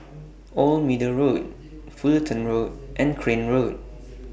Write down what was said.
Old Middle Road Fullerton Road and Crane Road